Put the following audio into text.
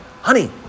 honey